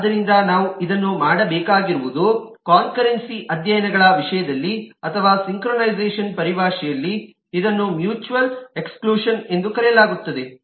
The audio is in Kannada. ಆದ್ದರಿಂದ ನಾವು ಇದನ್ನು ಮಾಡಬೇಕಾಗಿರುವುದು ಕನ್ಕರೆನ್ಸಿ ಅಧ್ಯಯನಗಳ ವಿಷಯದಲ್ಲಿ ಅಥವಾ ಸಿಂಕ್ರೊನೈಝೆಶನ್ ಪರಿಭಾಷೆಯಲ್ಲಿ ಇದನ್ನು ಮ್ಯೂಚುವಲ್ ಎಕ್ಸ್ಕ್ಲೂಷನ್ ಎಂದು ಕರೆಯಲಾಗುತ್ತದೆ